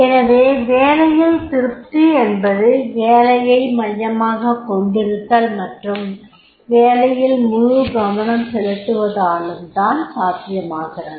எனவே வேலையில் திருப்தி என்பது வேலையை மையமாகக் கொண்டிருத்தல் மற்றும் வேலையில் முழுகவனம் செலுத்துவதாலும் தான் சாத்தியமாகிறது